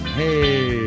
hey